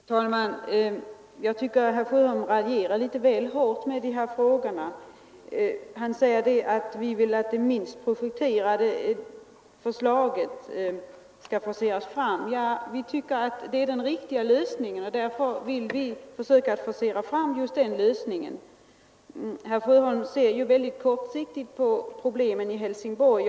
Herr talman! Jag tycker att herr Sjöholm raljerar litet väl hårt i dessa frågor. Han säger att vi vill att det minst projekterade förslaget skall forceras fram. Vi tycker att broförslaget är den riktiga lösningen, och därför vill vi forcera fram just detta förslag. Herr Sjöholm ser mycket kortsiktigt på problemen i Helsingborg.